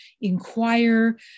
inquire